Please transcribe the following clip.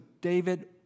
David